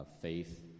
faith